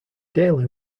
daley